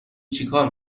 چیکار